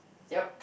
yup